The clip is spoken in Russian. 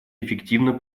эффективно